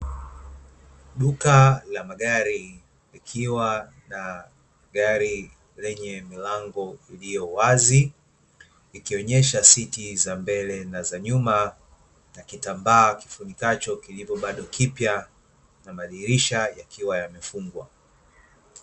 Duka la magari likiwa na gari lenye milango iliyowazi, ikionyesha siti za mbele na za nyuma na kitambaa kifunikacho, kilivyo bado kipya na madirisha yakiwa yamefungwa.